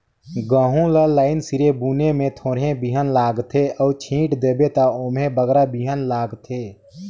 गहूँ ल लाईन सिरे बुने में थोरहें बीहन लागथे अउ छींट देबे ता ओम्हें बगरा बीहन लागथे